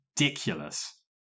ridiculous